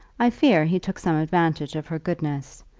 i fear he took some advantage of her goodness,